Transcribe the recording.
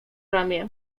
ramię